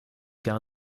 gar